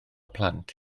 plant